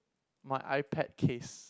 my iPad case